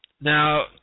Now